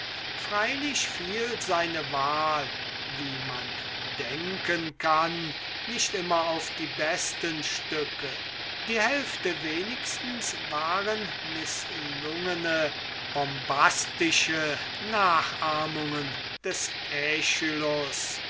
freilich fiel seine wahl wie man denken kann nicht immer auf die besten stücke die hälfte wenigstens waren bombastische carricaturnachahmungen des